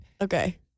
Okay